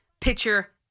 pitcher